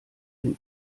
den